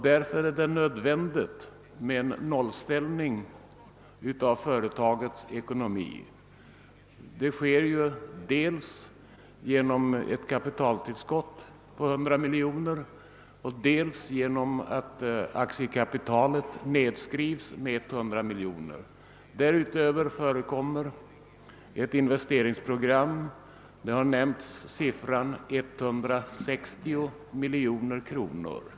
Därför är det nödvändigt med en nollställning av företagets ekonomi. Det sker dels genom ett kapitaltillskott på 100 miljoner kronor, dels genom att aktiekapitalet nedskrivs med 100 miljoner kronor. Därutöver föreligger ett investeringsprogram — beloppet 160 miljoner kronor har nämnts.